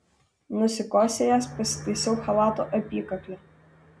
nusikosėjęs pasitaisiau chalato apykaklę